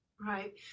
Right